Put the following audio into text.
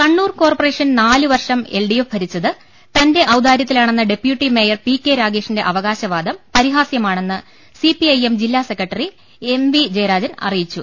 Kannur corporation നാലുവർഷം LDF ഭരിച്ചത് തന്റെ ഔദാര്യത്തിലാണെന്ന ഡെപ്യൂട്ടി ്മേയർ പി കെ രാഗേഷിന്റെ അവകാശവാദം പരിഹാസ്യമാണെന്ന് സിപിഐഎം ജില്ലാ സെക്രട്ടറി എം വി ജയരാജൻ പറഞ്ഞു